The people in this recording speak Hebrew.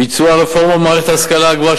ביצוע רפורמה במערכת ההשכלה הגבוהה,